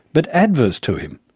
but adverse to him.